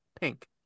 pink